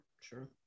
sure